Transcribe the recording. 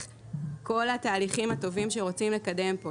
כל התהליכים הטובים שרוצים לקדם כאן,